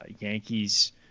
Yankees